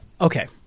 okay